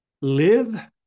live